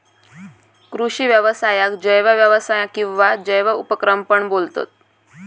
कृषि व्यवसायाक जैव व्यवसाय किंवा जैव उपक्रम पण बोलतत